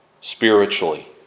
spiritually